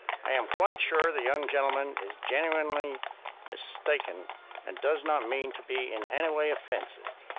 i am quite sure the young gentleman is genuinely mistaken and does not mean to be in any way offensive.